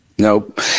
Nope